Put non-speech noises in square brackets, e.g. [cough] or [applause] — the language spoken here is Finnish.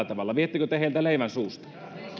[unintelligible] tavalla viettekö te heiltä leivän suusta